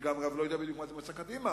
אני גם לא יודע בדיוק מה זה מצע קדימה,